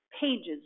pages